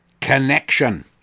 connection